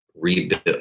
rebuild